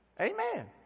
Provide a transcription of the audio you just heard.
Amen